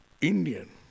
Indian